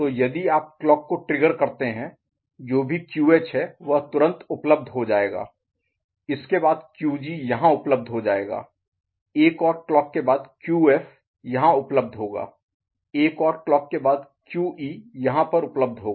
तो यदि आप क्लॉक को ट्रिगर करते हैं तो जो भी QH है वह तुरंत उपलब्ध हो जाएगा इसके बाद QG यहां उपलब्ध हो जाएगा एक और क्लॉक के बाद QF यहां उपलब्ध होगा एक और क्लॉक के बाद QE यहां पर उपलब्ध होगा